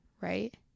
right